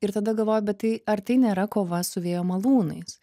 ir tada galvoju bet tai ar tai nėra kova su vėjo malūnais